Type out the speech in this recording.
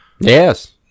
Yes